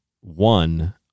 one